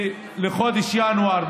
בחודש ינואר,